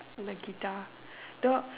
like Nagitha the